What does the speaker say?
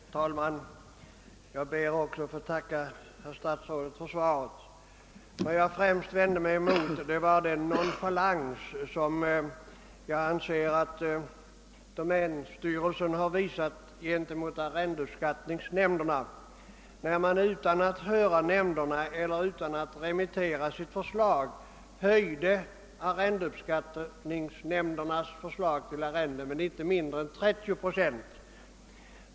Herr talman! Jag ber också att få tacka herr statsrådet för svaret. Vad jag främst vände mig mot var den nonchalans, som jag anser att domänstyrelsen visat gentemot. arrendeuppskattningsnämnderna när den utan att höra dessa eller remittera sitt förslag till dem höjde deras förslag till arrenden med inte mindre än 30 procett.